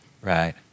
right